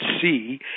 see